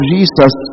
Jesus